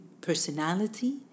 personality